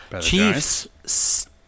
Chiefs